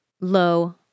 low